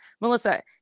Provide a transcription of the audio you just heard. Melissa